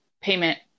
payment